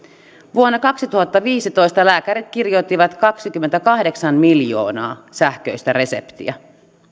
vuonna kaksituhattaviisitoista lääkärit kirjoittivat kaksikymmentäkahdeksan miljoonaa sähköistä reseptiä